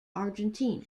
argentina